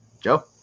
Joe